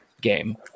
game